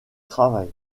travail